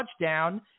touchdown